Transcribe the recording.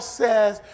says